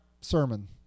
sermon